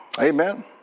Amen